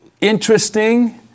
interesting